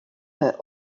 her